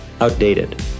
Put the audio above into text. outdated